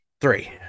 Three